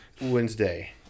Wednesday